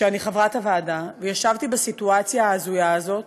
ואני חברת הוועדה, וישבתי בסיטואציה ההזויה הזאת,